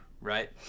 right